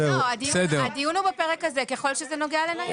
הדיון הוא בפרק הזה ככל שזה נוגע לניידות.